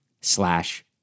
slash